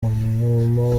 umwuma